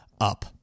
up